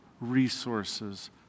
resources